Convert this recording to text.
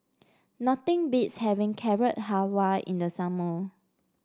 nothing beats having Carrot Halwa in the summer